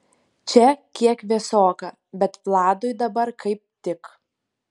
čia kiek vėsoka bet vladui dabar kaip tik